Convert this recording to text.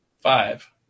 five